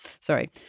Sorry